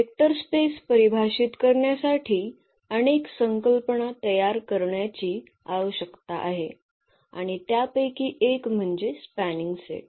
vector space परिभाषित करण्यासाठी अनेक संकल्पना तयार करण्याची आवश्यकता आहे आणि त्यापैकी एक म्हणजे स्पॅनिंग सेट